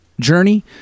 journey